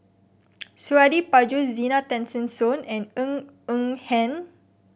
Suradi Parjo Zena Tessensohn and Ng Eng Hen